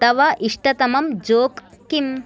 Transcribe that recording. तव इष्टतमं जोक् किम्